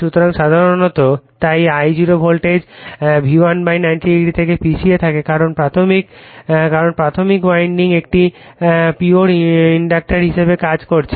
সুতরাং সাধারণত তাই I0 ভোল্টেজ V1 90o থেকে পিছিয়ে থাকে কারণ প্রাথমিক উইন্ডিং একটি পিয়োর ইন্ডাক্টর হিসাবে কাজ করছে